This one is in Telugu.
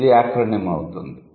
ఇది యాక్రోనిమ్ అవుతుంది